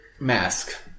Mask